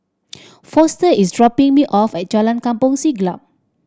Foster is dropping me off at Jalan Kampong Siglap